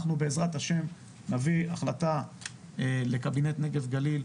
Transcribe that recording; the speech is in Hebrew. אנחנו בעזרת השם נביא החלטה לקבינט נגב גליל,